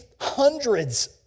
hundreds